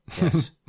Yes